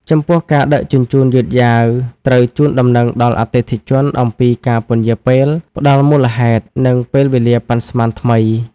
ចំពោះការដឹកជញ្ជូនយឺតយ៉ាវ ត្រូវជូនដំណឹងដល់អតិថិជនអំពីការពន្យារពេល ផ្តល់មូលហេតុ និងពេលវេលាប៉ាន់ស្មានថ្មី។